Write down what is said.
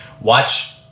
watch